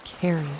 carry